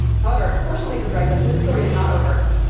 however, fortunately for dreyfus, his story is not over.